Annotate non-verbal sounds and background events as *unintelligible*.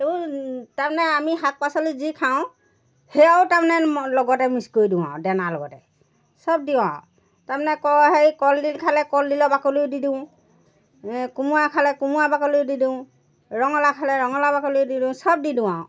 এইবোৰ তাৰমানে আমি শাক পাচলি যি খাওঁ সেয়াও তাৰমানে *unintelligible* লগতে মিক্স কৰি দিওঁ আৰু দানাৰ লগতে চব দিওঁ আৰু তাৰমানে কল সেই কলডিল খালে কলডিলৰ বাকলিও দি দিওঁ কোমোৰা খালে কোমোৰা বাকলিও দি দিওঁ ৰঙালাও খালে ৰঙালাও বাকলিও দি দিওঁ চব দি দিওঁ আৰু